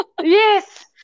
Yes